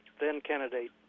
then-candidate